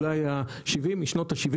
אולי ה-70 של המאה ה-20.